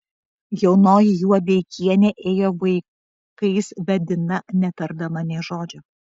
jaunoji juodeikienė ėjo vaikais vedina netardama nė žodžio